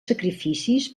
sacrificis